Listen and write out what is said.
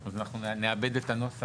אז אנחנו נעבד את הנוסח,